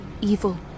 evil